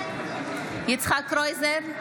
בעד יצחק קרויזר,